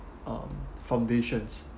um foundations